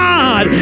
God